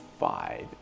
Five